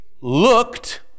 looked